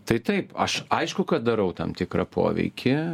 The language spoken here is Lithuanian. tai taip aš aišku kad darau tam tikrą poveikį